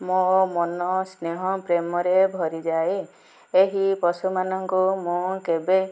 ମୋ ମନ ସ୍ନେହ ପ୍ରେମରେ ଭରିଯାଏ ଏହି ପଶୁମାନଙ୍କୁ ମୁଁ କେବେ